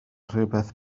rhywbeth